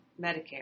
Medicare